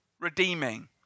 redeeming